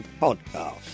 podcast